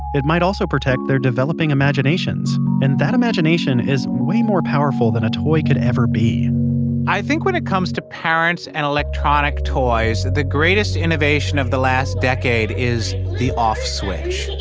it might also protect their developing imaginations. and that imagination is way more powerful than a toy could ever be i think when it comes to parents and electronic toys, the greatest innovation of the last decade is the off switch